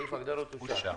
סעיף ההגדרות אושר.